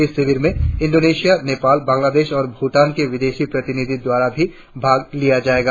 इस शिविर में इंडोनेशिया नेपाल बांग्लादेश और भूटान के विदेशी प्रतिनिधियो द्वारा भी भाग लिया जाएगा